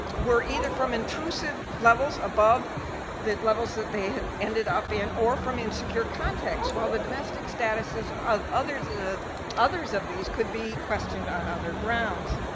were either from intrusive levels above the levels that they had ended up in or from insecure context while the domestic statuses of others ah others of these could be questioned on other grounds